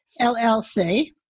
LLC